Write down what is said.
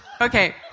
Okay